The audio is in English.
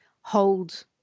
hold